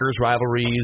rivalries